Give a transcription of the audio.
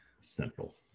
central